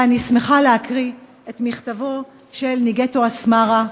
אני שמחה להקריא את מכתבו של ניגטו אסמרה: